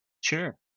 Sure